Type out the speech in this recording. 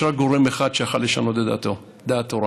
יש רק גורם אחד שיכול לשנות את דעתו: דעת תורה.